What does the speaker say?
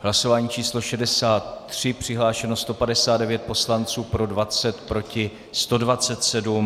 Hlasování číslo 63, přihlášeno 159 poslanců, pro 20, proti 127.